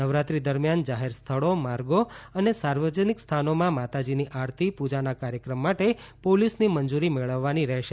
નવરાત્રી દરમિયાન જાહેર સ્થળો માર્ગો અને સાર્વજનિક સ્થાનોમાં માતાજીની આરતી પૂજાના કાર્યક્રમ માટે પોલીસની મંજૂરી મેળવવાની રહેશે